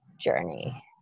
Journey